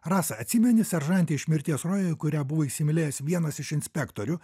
rasa atsimeni seržantę iš mirties rojuje kurią buvo įsimylėjęs vienas iš inspektorių